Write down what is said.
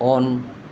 on